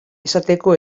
esateko